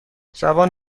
زبان